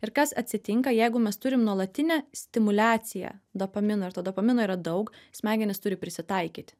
ir kas atsitinka jeigu mes turim nuolatinę stimuliaciją dopamino ir to dopamino yra daug smegenys turi prisitaikyt